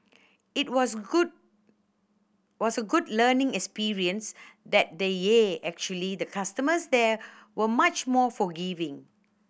it was a good was a good learning experience that then yeah actually the customers there were much more forgiving